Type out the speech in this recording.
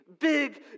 Big